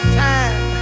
time